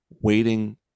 waiting